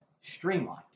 streamlined